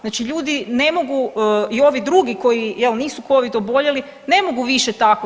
Znači ljudi ne mogu i ovi drugi koji jel nisu Covid oboljeli, ne mogu više tako.